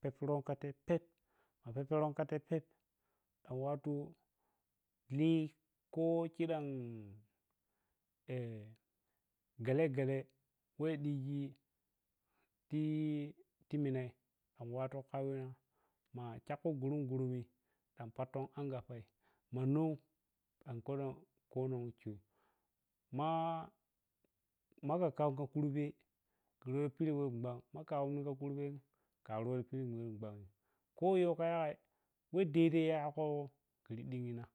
peproh khatai phep ma pepro ʒha phep khan wattu li kho khidan gale gale weh diji ti ti minai khan wattu khobina ma khekho gurunguwi khan patto angappa ma noh ankwawai khonan ce ma kha khan kha kurbe gireweh pire weh gwam makha anga kurben karuwa pire we gwan kho yoh kha yagai weh dai ya kho khiri digima.